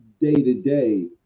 day-to-day